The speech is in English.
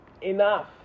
enough